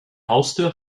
haustür